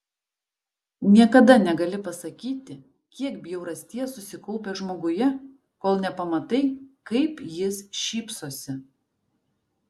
niekada negali pasakyti kiek bjaurasties susikaupę žmoguje kol nepamatai kaip jis šypsosi